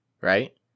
Right